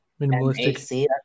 minimalistic